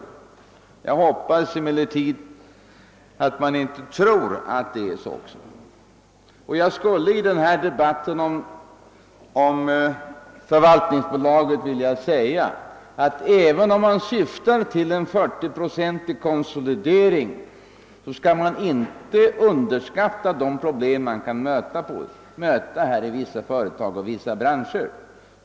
Jag hoppas emellertid att regeringen inte tror att det är så. I denna debatt om förvaltningsbolaget vill jag framhålla att även om man syftar till en 40-procentig konsolidering bör man inte underskatta de problem som kan möta i vissa företag och branscher.